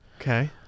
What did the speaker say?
Okay